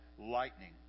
lightning